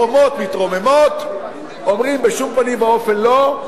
החומות מתרוממות, אומרים: בשום פנים ואופן לא.